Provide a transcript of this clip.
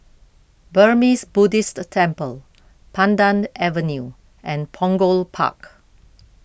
Burmese Buddhist Temple Pandan Avenue and Punggol Park